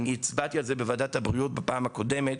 הצבעתי על זה בוועדת הבריאות בפעם הקודמת.